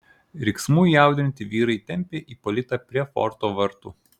riksmų įaudrinti vyrai tempė ipolitą prie forto vartų